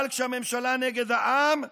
אבל כשהממשלה נגד העם,